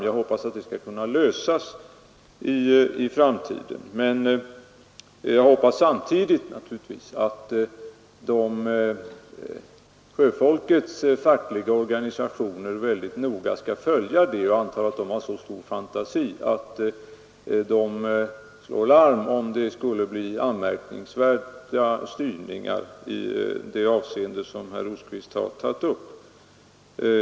Jag hoppas att de skall kunna lösas i framtiden, men jag hoppas naturligtvis samtidigt att sjöfolkets fackliga organisationer väldigt noga följer detta. Jag antar att de har så stor fantasi att de slår larm om det skulle bli anmärkningsvärda styrningar i det avseende som herr Rosqvist har tagit upp.